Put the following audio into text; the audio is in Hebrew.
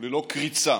וללא קריצה: